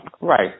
Right